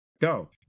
Go